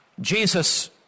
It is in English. Jesus